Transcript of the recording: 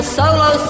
solo